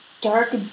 dark